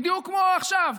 בדיוק כמו עכשיו,